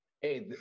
hey